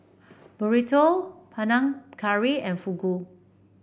Burrito Panang Curry and Fugu